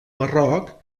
marroc